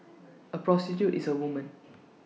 A prostitute is A woman